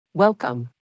Welcome